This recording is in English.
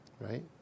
right